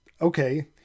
Okay